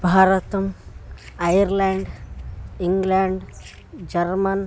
भारतम् Ireland England German